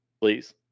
please